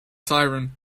siren